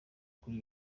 kuri